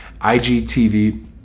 IGTV